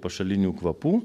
pašalinių kvapų